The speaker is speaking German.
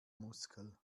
muskel